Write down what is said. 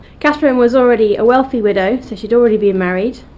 katherine was already a wealthy widow, so she'd already been married.